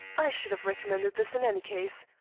i should have recommended this in any case.